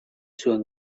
zuen